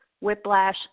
whiplash